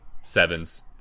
Sevens